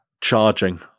charging